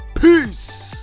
Peace